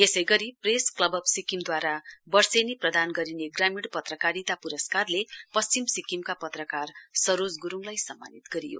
यसै गरी press club of सिक्किमद्वारा वर्षेनी प्रदान गरिने ग्रामींण पत्रकारिता प्रस्कारले पश्चिम सिक्किमका पत्रकार सरोज गुरुङलाई सम्मानित गरियो